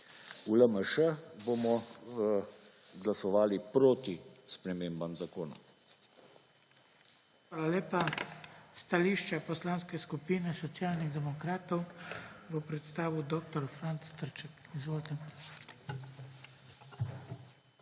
V LMŠ bomo glasovali proti spremembam zakona.